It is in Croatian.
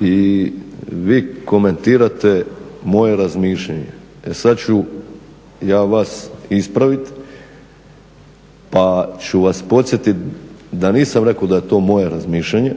i vi komentirate moje razmišljanje. E sad ču ja vas ispraviti pa ću vas podsjetit da nisam rekao da je to moje razmišljanje